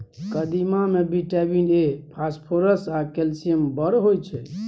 कदीमा मे vitamin A, phosphorus आ कैल्शियम बड़ होइ छै